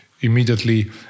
immediately